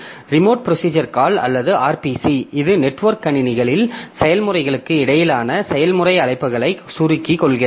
remote procedure call அல்லது RPC இது network கணினிகளில் செயல்முறைகளுக்கு இடையிலான செயல்முறை அழைப்புகளை சுருக்கிக் கொள்கிறது